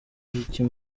aricyo